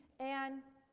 and